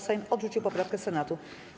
Sejm odrzucił poprawkę Senatu.